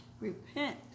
Repent